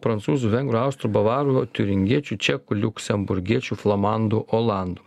prancūzų vengrų austrų bavarų tiuringiečių čekų liuksemburgiečių flamandų olandų